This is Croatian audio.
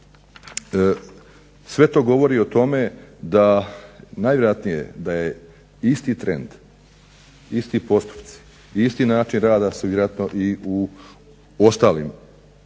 sve to govori o tome da najvjerojatnije da je isti trend, isti postupci, isti način rada su vjerojatno i u ostalim